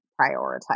prioritize